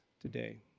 today